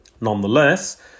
Nonetheless